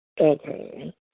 Okay